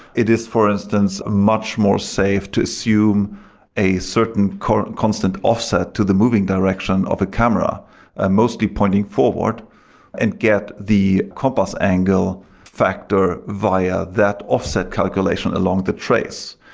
it is, for instance, much more safe to assume a certain constant offset to the moving direction of a camera and mostly pointing forward and get the compass angle factor via that offset calculation along the trace.